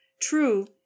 True